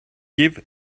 give